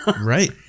Right